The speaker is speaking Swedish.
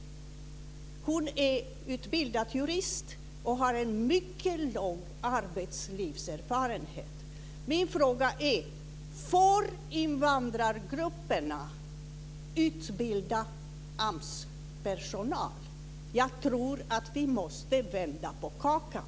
Hon är utbildad jurist och har en mycket lång arbetslivserfarenhet. AMS-personal? Jag tror att vi måste vända på kakan.